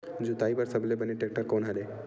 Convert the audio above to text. जोताई बर सबले बने टेक्टर कोन हरे?